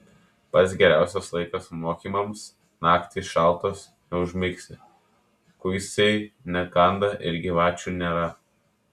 pats geriausias laikas mokymams naktys šaltos neužmigsi kuisiai nekanda ir gyvačių nėra